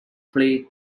play